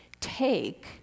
take